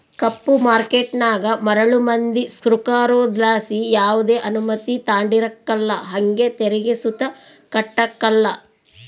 ಕಪ್ಪು ಮಾರ್ಕೇಟನಾಗ ಮರುಳು ಮಂದಿ ಸೃಕಾರುದ್ಲಾಸಿ ಯಾವ್ದೆ ಅನುಮತಿ ತಾಂಡಿರಕಲ್ಲ ಹಂಗೆ ತೆರಿಗೆ ಸುತ ಕಟ್ಟಕಲ್ಲ